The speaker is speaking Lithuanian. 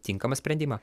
tinkamą sprendimą